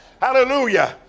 Hallelujah